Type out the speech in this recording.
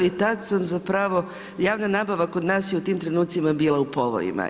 I tada sam zapravo, javna nabava kod nas je u tim trenutcima bila u povojima.